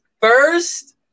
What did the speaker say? first